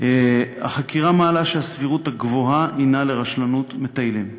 החקירה מעלה שהסבירות הגבוהה הנה לרשלנות מטיילים.